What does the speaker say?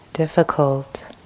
difficult